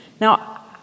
Now